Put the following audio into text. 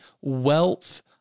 wealth